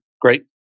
Great